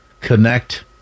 connect